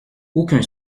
aucun